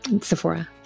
Sephora